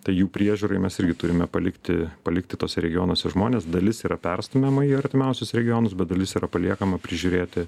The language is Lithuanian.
tai jų priežiūrai mes irgi turime palikti palikti tuose regionuose žmones dalis yra perstumiama į artimiausius regionus bet dalis yra paliekama prižiūrėti